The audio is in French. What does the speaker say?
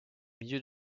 milieu